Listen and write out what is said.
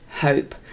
hope